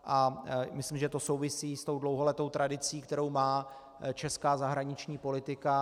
A myslím, že to souvisí i s tou dlouholetou tradicí, kterou česká zahraniční politika má.